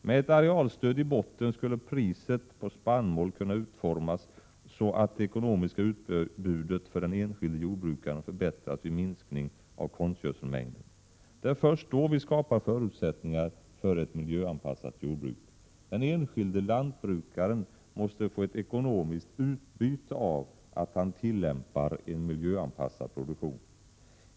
Med ett arealstöd i botten skulle priset på spannmål kunna utformas så att det ekonomiska utbytet för den enskilde jordbrukaren förbättras vid minskning av konstgödselmängden. Det är först då vi skapar förutsättningar för ett miljöanpassat jordbruk. Den enskilde lantbrukaren måste få ett ekonomiskt utbyte av att han tillämpar en miljöanpassad produktion.